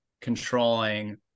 controlling